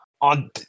on